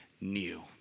new